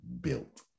built